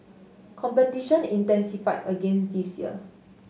competition intensify agains this year